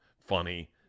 funny